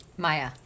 Maya